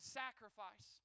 sacrifice